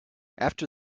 after